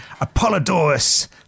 Apollodorus